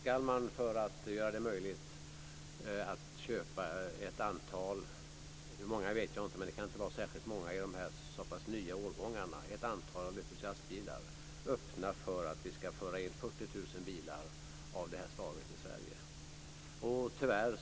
Ska man, för att göra det möjligt att köpa ett antal entusiastbilar - hur många vet jag inte, men det kan inte vara särskilt många i de här relativt nya årgångarna - öppna för att vi ska föra in 40 000 bilar av det här slaget i Sverige? Tyvärr